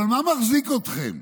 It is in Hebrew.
אבל מה מחזיק אתכם?